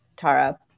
Tara